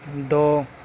دو